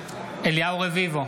אליהו רביבו,